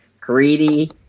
Greedy